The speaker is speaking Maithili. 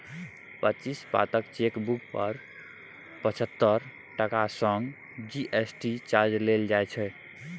पच्चीस पातक चेकबुक पर पचहत्तर टका संग जी.एस.टी चार्ज लागय छै